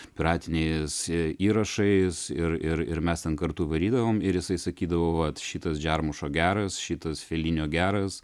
piratiniais įrašais ir ir ir mes ten kartu varydavom ir jisai sakydavo vat šitas džermušo geras šitas felinio geras